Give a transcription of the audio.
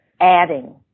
adding